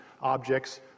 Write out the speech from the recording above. objects